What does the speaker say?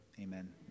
amen